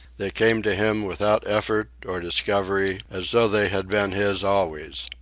they came to him without effort or discovery, as though they had been his always.